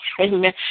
Amen